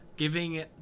giving